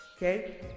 Okay